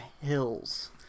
hills